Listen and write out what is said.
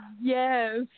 Yes